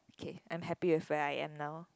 okay I'm happy with where I am now